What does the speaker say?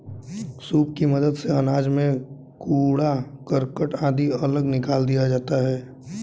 soup की मदद से अनाज से कूड़ा करकट आदि अलग निकाल दिया जाता है